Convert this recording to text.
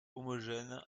homogène